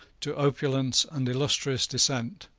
to opulence and illustrious descent,